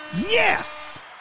yes